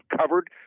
covered